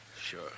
Sure